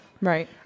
Right